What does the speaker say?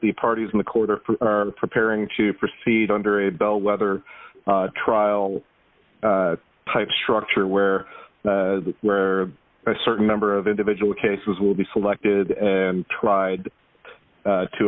the parties in the quarter are preparing to proceed under a bellwether trial type structure where the where a certain number of individual cases will be selected and tried to